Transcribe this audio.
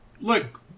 look